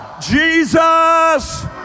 Jesus